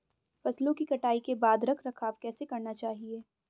फसलों की कटाई के बाद रख रखाव कैसे करना चाहिये?